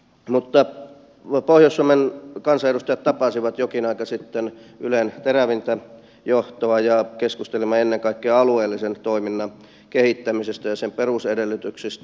mutta pohjois suomen kansanedustajat tapasivat jokin aika sitten ylen terävintä johtoa ja keskustelimme ennen kaikkea alueellisen toiminnan kehittämisestä ja sen perusedellytyksistä